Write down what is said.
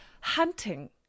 hunting